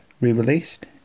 re-released